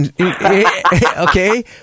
Okay